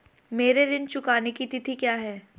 मेरे ऋण चुकाने की तिथि क्या है?